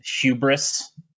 hubris